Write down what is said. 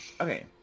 Okay